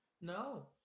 no